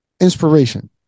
inspiration